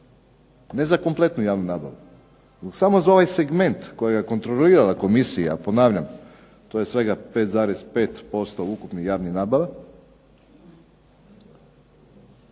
ne za kompletnu javnu nabavu, samo za ovaj segment kojega je kontrolirala komisija. Ponavljam, to je svega 5,5% ukupnih javnih nabava.